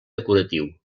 decoratiu